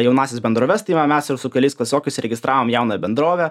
jaunąsias bendroves tai va mes ir su keliais klasiokais įregistravom jaunąją bendrovę